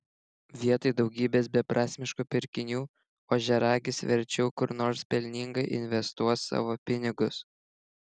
vietoj daugybės beprasmiškų pirkinių ožiaragis verčiau kur nors pelningai investuos savo pinigus